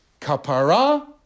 kapara